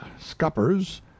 scuppers